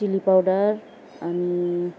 chilli powder अनि